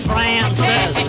Francis